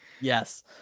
yes